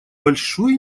большой